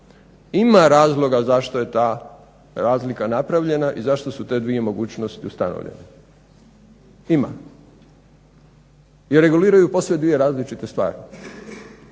ima razloga zašto je ta razlika napravljenja i zašto su te dvije mogućnosti ustanovljene, ima, jer reguliraju posve dvije različite stvari.